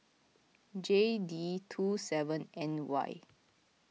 J D two seven N Y